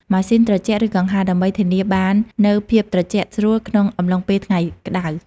ម៉ាស៊ីនត្រជាក់ ឬកង្ហារ ដើម្បីធានាបាននូវភាពត្រជាក់ស្រួលក្នុងអំឡុងពេលថ្ងៃក្តៅ។